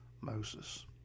Moses